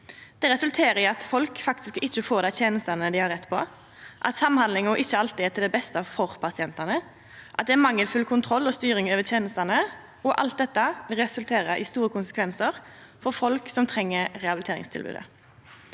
Det resulterer i at folk faktisk ikkje får dei tenestene dei har rett på, at samhandlinga ikkje alltid er til beste for pasientane, og at det er mangelfull kontroll og styring over tenestene. Alt dette vil resultera i store konsekvensar for folk som treng rehabiliteringstilbodet.